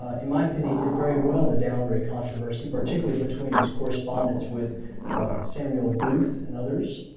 ah in my opinion did very well, in the downgrade controversy, particularly between his correspondence with samuel booth, and others.